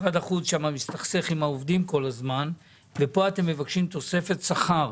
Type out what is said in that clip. משרד החוץ מסתכסך עם העובדים כל הזמן וכאן אתם מבקשים תוספת שכר